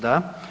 Da.